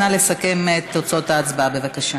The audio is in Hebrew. נא לסכם את תוצאות ההצבעה, בבקשה.